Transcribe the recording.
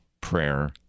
prayer